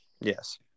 Yes